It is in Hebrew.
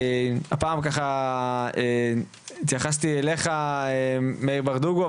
הפעם ככה התייחסתי אליך מאיר ברדוגו,